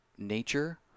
Nature